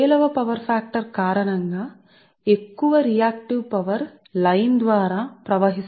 పేలవమైన power factor కారణంగా మీరు రియాక్టివ్ పవర్ అని పిలిస్తున్నది లైన్ ద్వారా ప్రవహించాలి